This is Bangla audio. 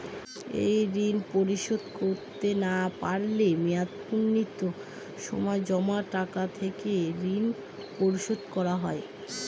এই ঋণ পরিশোধ করতে না পারলে মেয়াদপূর্তির সময় জমা টাকা থেকে ঋণ পরিশোধ করা হয়?